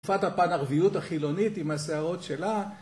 תקפת הפן ערביות החילונית עם הסערות שלה